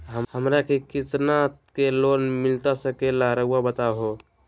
हमरा के कितना के लोन मिलता सके ला रायुआ बताहो?